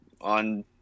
on